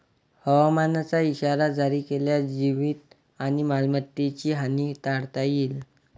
हवामानाचा इशारा जारी केल्यास जीवित आणि मालमत्तेची हानी टाळता येईल